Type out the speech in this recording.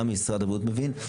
גם משרד הבריאות מבין.